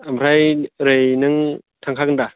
ओमफ्राय ओरै नों थांखागोन दा